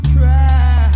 Try